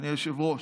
אדוני היושב-ראש,